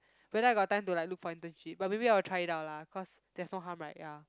whether I got time to like look for internship but maybe I'll try it out lah cause there's no harm right ya